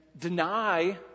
deny